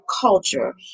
culture